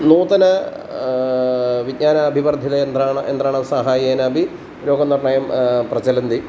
नूतनं विज्ञानम् अभिवर्धितं यन्त्रा यन्त्राणां सहाय्येनापि रोगनिर्णयं प्रचलन्ति